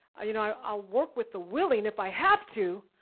you know i'll work with the willing if i have to,